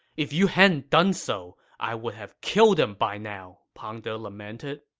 if you hadn't done so, i would have killed him by now, pang de lamented